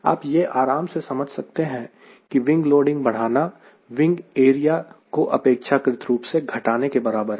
आप यह आराम से समझ सकते हैं कि विंग लोडिंग बढ़ाना विंग एरिया को अपेक्षाकृत रूप से घटाने के बराबर है